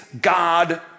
God